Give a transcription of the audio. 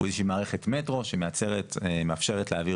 הוא איזה שהיא מערכת מטרו שמאפשרת להעביר